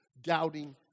doubting